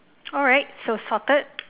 alright so it's sorted